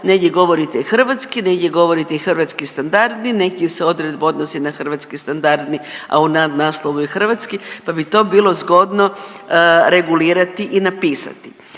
negdje govorite hrvatski, negdje govorite i hrvatski standardi, negdje se odredba odnosi na hrvatski standardni, a u naslovu je hrvatski pa bi to bilo zgodno regulirati i napisati.